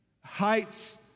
Heights